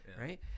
right